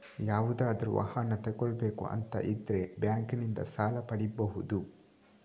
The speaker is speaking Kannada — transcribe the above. ಯಾವುದಾದ್ರೂ ವಾಹನ ತಗೊಳ್ಬೇಕು ಅಂತ ಇದ್ರೆ ಬ್ಯಾಂಕಿನಿಂದ ಸಾಲ ಪಡೀಬಹುದು